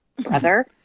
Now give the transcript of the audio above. Brother